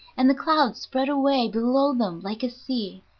and the clouds spread away below them like a sea.